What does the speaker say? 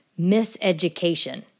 miseducation